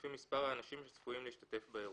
לפי מספר האנשים הצפויים להשתתף באירוע: